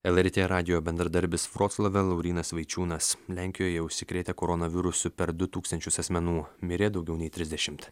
lrt radijo bendradarbis vroclave laurynas vaičiūnas lenkijoje užsikrėtė koronavirusu per du tūkstančius asmenų mirė daugiau nei trisdešimt